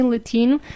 Latino